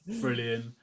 Brilliant